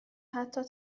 حتی